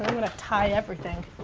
gonna tie everything.